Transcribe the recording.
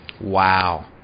Wow